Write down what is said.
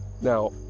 Now